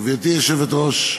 גברתי היושבת-ראש,